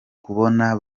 kubona